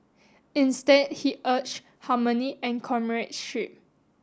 instead he urged harmony and comradeship